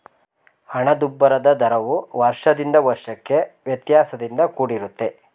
ಹಣದುಬ್ಬರದ ದರವು ವರ್ಷದಿಂದ ವರ್ಷಕ್ಕೆ ವ್ಯತ್ಯಾಸದಿಂದ ಕೂಡಿರುತ್ತೆ